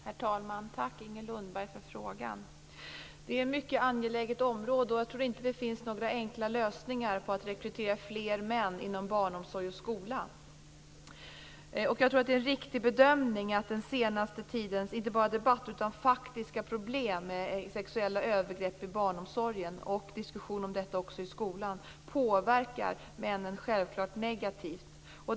Herr talman! Tack, Inger Lundberg, för frågan. Detta är ett mycket angeläget område, och jag tror inte att det finns några enkla lösningar på att rekrytera fler män inom barnomsorg och skola. Jag tror att det är en riktig bedömning att den senaste tidens inte bara debatt utan faktiska problem med sexuella övergrepp i barnomsorgen och diskussioner om detta i skolan självklart påverkar männen negativt.